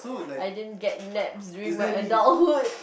I didn't get naps during my adulthood